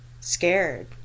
scared